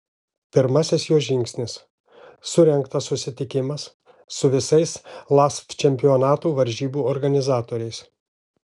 pirmasis jo žingsnis surengtas susitikimas su visais lasf čempionatų varžybų organizatoriais